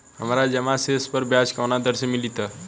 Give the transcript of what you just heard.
हमार जमा शेष पर ब्याज कवना दर से मिल ता?